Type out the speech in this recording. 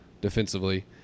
defensively